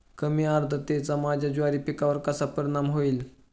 कमी आर्द्रतेचा माझ्या ज्वारी पिकावर कसा परिणाम होईल?